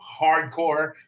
hardcore